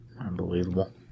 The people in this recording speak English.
Unbelievable